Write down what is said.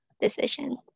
decision